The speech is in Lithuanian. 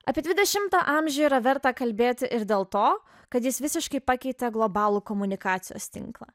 apie dvidešimtą amžių yra verta kalbėti ir dėl to kad jis visiškai pakeitė globalų komunikacijos tinklą